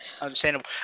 Understandable